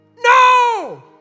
No